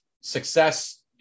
success